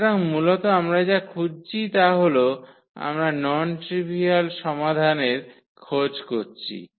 সুতরাং মূলত আমরা যা খুঁজছি তা হল আমরা নন ট্রিভিয়াল সমাধানের খোঁজ করছি